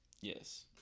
Yes